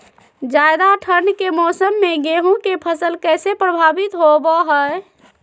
ज्यादा ठंड के मौसम में गेहूं के फसल कैसे प्रभावित होबो हय?